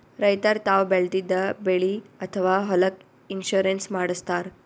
ರೈತರ್ ತಾವ್ ಬೆಳೆದಿದ್ದ ಬೆಳಿ ಅಥವಾ ಹೊಲಕ್ಕ್ ಇನ್ಶೂರೆನ್ಸ್ ಮಾಡಸ್ತಾರ್